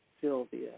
Sylvia